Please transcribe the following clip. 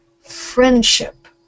Friendship